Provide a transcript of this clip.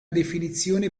definizione